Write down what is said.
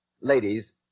Ladies